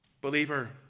Believer